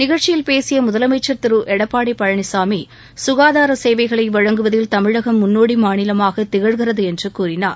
நிகழ்ச்சியில் பேசிய முதலமைச்சர் திரு எடப்பாடி பழனிசாமி சுகாதார சேவைகளை வழங்குவதில் தமிழகம் முன்னோடி மாநிலமாக திகழ்கிறது என்று கூறினார்